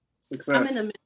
Success